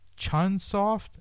Chunsoft